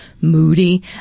moody